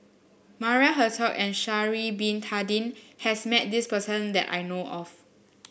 Maria Hertogh and Sha'ari Bin Tadin has met this person that I know of